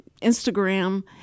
Instagram